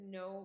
no